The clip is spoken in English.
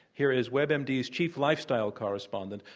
here is webmd's chief lifestyle correspondent,